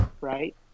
right